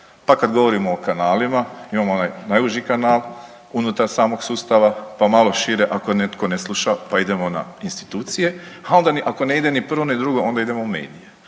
pa kad govorimo o kanalima imamo onaj najuži kanal unutar samog sustava, pa malo šire ako netko ne sluša pa idemo na institucije, a onda ako ne ide ni prvo ni drugo onda idemo u medije.